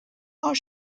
are